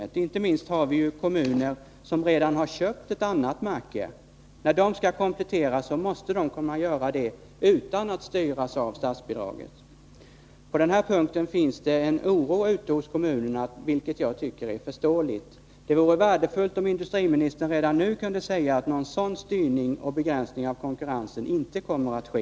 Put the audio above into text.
Inte minst viktigt är att vi har kommuner som redan har köpt ett annat märke. När de skall komplettera sina system måste de kunna göra detta utan att styras av statsbidraget. På denna punkt finns det en oro ute i kommunerna, vilken jag tycker är förståelig. Det vore värdefullt om industriministern redan nu kunde säga, att någon sådan styrning och begränsning av konkurrensen inte kommer att ske.